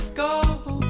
go